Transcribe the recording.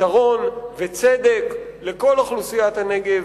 פתרון וצדק לכל אוכלוסיית הנגב,